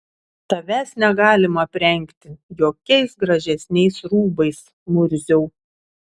tavęs negalima aprengti jokiais gražesniais rūbais murziau